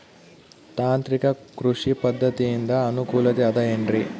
ತಾಂತ್ರಿಕ ಕೃಷಿ ಪದ್ಧತಿಯಿಂದ ಅನುಕೂಲತೆ ಅದ ಏನ್ರಿ?